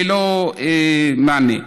ללא מענה.